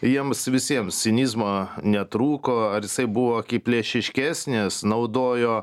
jiems visiems cinizmo netrūko ar jisai buvo akiplėšiškesnis naudojo